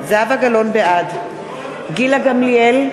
בעד גילה גמליאל,